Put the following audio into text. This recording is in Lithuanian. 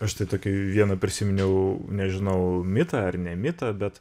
aš tai tokį vieną prisiminiau nežinau mitą ar ne mitą bet